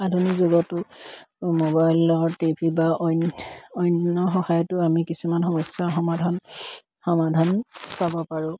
আধুনিক যুগতো মোবাইলৰ টিভি বা অন্য সহায়তো আমি কিছুমান সমস্যাৰ সমাধান পাব পাৰোঁ